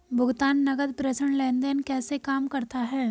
भुगतान नकद प्रेषण लेनदेन कैसे काम करता है?